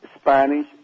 Spanish